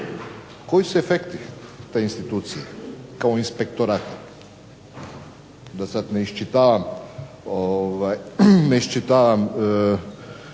koji su efekti te institucije kao inspektorata? Da sad ne iščitavam koji